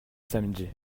samedi